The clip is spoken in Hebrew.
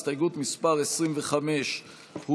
הסתייגות מס' 25 הוסרה.